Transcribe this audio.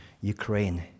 Ukraine